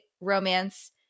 Romance